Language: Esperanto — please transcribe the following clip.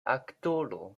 aktoro